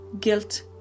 guilt